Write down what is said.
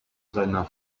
seiner